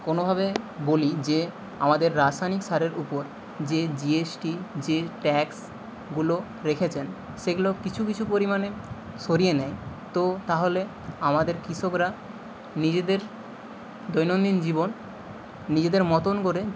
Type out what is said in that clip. কোনোভাবে বলি যে আমাদের রাসায়নিক সারের উপর যে জি এস টি যে ট্যাক্সগুলো রেখেছেন সেগুলো কিছু কিছু পরিমাণে সরিয়ে নেয় তো তাহলে আমাদের কৃষকরা নিজেদের দৈনন্দিন জীবন নিজেদের মতন করে